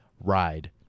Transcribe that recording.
ride